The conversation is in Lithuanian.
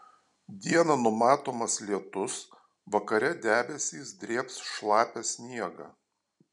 dieną numatomas lietus vakare debesys drėbs šlapią sniegą